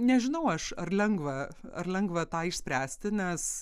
nežinau aš ar lengva ar lengva tą išspręsti nes